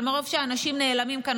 אבל מרוב שהאנשים נעלמים כאן,